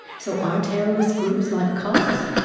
so are terrorist groups like cults?